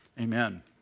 Amen